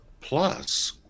plus